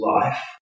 life